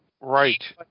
right